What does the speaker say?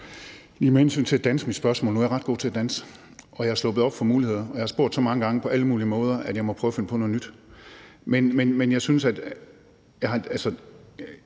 noget. Med hensyn til at danse mit spørgsmål vil jeg sige: Nu er jeg ret god til at danse, og jeg er løbet tør for muligheder, og jeg har spurgt så mange gange på alle mulige måder, at jeg må prøve at finde på noget nyt. Hvis jeg skal